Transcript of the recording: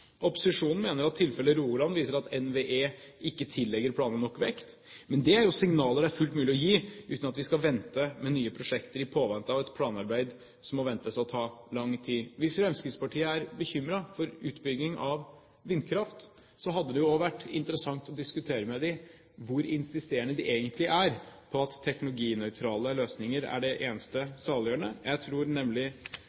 Opposisjonen mener at tilfellet Rogaland viser at NVE ikke tillegger planene nok vekt. Men det er jo signaler det er fullt mulig å gi, uten at vi skal vente med nye prosjekter i påvente av et planarbeid som må ventes å ta lang tid. Hvis Fremskrittspartiet er bekymret for utbygging av vindkraft, hadde det også vært interessant å diskutere med dem hvor insisterende de egentlig er på at teknologinøytrale løsninger er det eneste